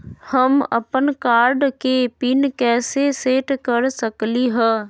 हम अपन कार्ड के पिन कैसे सेट कर सकली ह?